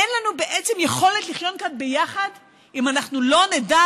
אין לנו בעצם יכולת לחיות כאן ביחד אם אנחנו לא נדע,